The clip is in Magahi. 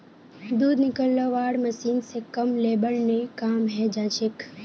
दूध निकलौव्वार मशीन स कम लेबर ने काम हैं जाछेक